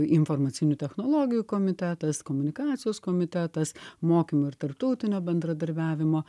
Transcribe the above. informacinių technologijų komitetas komunikacijos komitetas mokymų ir tarptautinio bendradarbiavimo